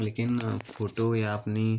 लेकिन फोटो या अपनी